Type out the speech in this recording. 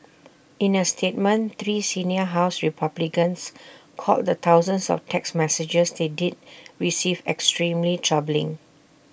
in A statement three senior house republicans called the thousands of text messages they did receive extremely troubling